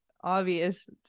obvious